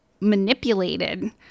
manipulated